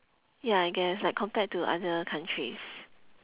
ya I guess like compared to other countries